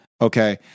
Okay